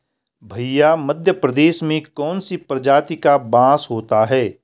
भैया मध्य प्रदेश में कौन सी प्रजाति का बांस होता है?